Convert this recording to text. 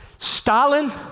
Stalin